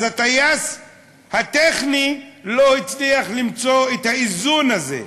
אז הטייס הטכני לא הצליח למצוא את האיזון הזה.